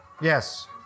Yes